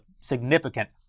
significant